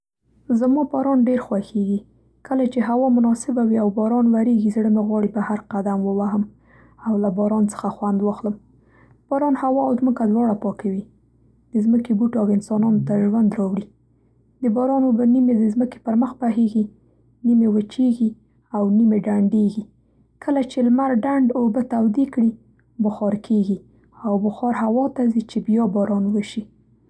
زما باران ډېر خوښېږي. کله چې هوا مناسبه وي او باران ورېږي زړه مې غواړي بهر قدم ووهم او له باران څخه خوند واخلم. باران هوا او ځمکه دواړه پاکوي. د ځمکې بوټو او انسانانو ته ژوند راوړي. د باران اوبه نیمې د ځمکې پر مخ بهېږي، نېمې جذبېږي او نېمې ډنډېږي. کله چې لمر ډنډ اوبه تودې کړي بخار کېږي او بخار هوا ته ځي چې بیا باران وشي.